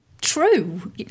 true